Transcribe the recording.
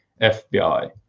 FBI